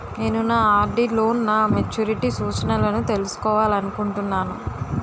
నేను నా ఆర్.డి లో నా మెచ్యూరిటీ సూచనలను తెలుసుకోవాలనుకుంటున్నాను